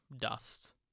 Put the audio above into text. dust